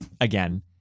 again